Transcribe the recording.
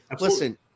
Listen